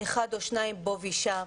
אחד או שניים פה ושם,